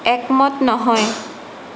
একমত নহয়